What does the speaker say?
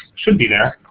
should be there.